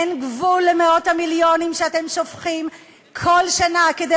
אין גבול למאות המיליונים שאתם שופכים כל שנה כדי